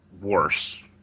worse